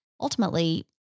Ultimately